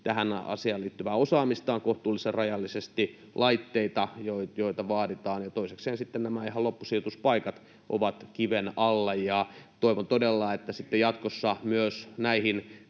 tähän asiaan liittyvää osaamista on kohtuullisen rajallisesti, samoin laitteita, joita vaaditaan, ja toisekseen sitten ihan nämä loppusijoituspaikat ovat kiven alla. Toivon todella, että jatkossa myös näihin